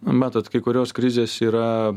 matot kai kurios krizės yra